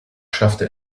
schaffte